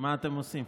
מה אתם עושים.